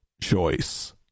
choice